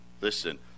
Listen